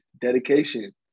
dedication